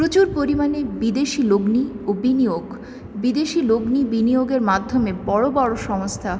প্রচুর পরিমাণে বিদেশি লগ্নি ও বিনিয়োগ বিদেশি লগ্নি বিনিয়োগের মাধ্যমে বড়ো বড়ো সংস্থা